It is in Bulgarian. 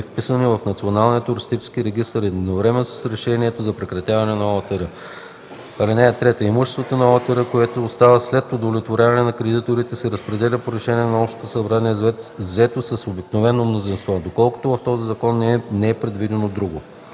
регистър едновременно с решението за прекратяване на ОУТР. (3) Имуществото на ОУТР, което остава след удовлетворяване на кредиторите, се разпределя по решение на общото събрание, взето с обикновено мнозинство, доколкото в този закон не е предвидено друго.